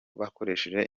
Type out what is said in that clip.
bakoresheje